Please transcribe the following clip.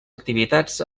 activitats